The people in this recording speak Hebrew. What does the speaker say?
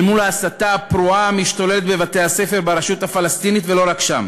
אל מול ההסתה הפרועה המשתוללת בבתי-הספר ברשות הפלסטינית ולא רק שם.